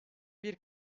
bir